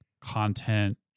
content